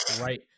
right